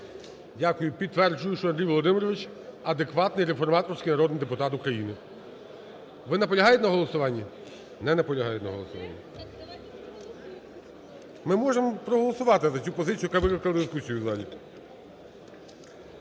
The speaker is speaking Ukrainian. Дякую. Підтверджую, що Андрій Володимирович – адекватний реформаторський народний депутат України. Ви наполягаєте на голосуванні? Не наполягають на голосуванні. Ми можемо проголосувати за цю позицію, яка викликала